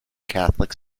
catholic